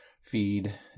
feed